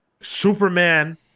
Superman